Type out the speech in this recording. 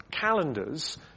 calendars